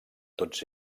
tots